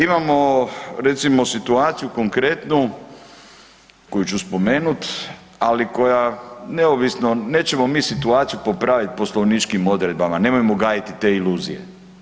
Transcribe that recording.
Imamo, recimo, situaciju konkretnu, koju ću spomenuti, ali koja, neovisno, nećemo mi situaciju popraviti poslovničkim odredbama, nemojmo gajiti te iluzije.